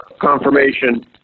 confirmation